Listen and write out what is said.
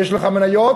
יש לך מניות,